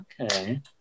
Okay